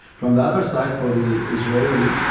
from the other side, for the israeli,